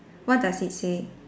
what does it say